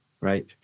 right